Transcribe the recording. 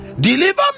Deliver